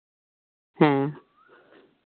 ᱦᱮᱸ